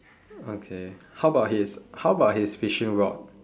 okay how about his how about his fishing rod